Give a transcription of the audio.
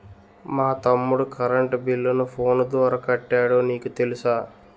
మా తమ్ముడు కరెంటు బిల్లును ఫోను ద్వారా కట్టాడు నీకు తెలుసా